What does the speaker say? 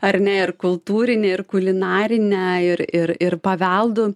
ar ne ir kultūrine ir kulinarine ir ir ir paveldu